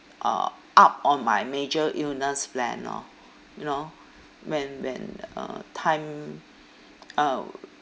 uh up on my major illness plan lor you know when when uh time uh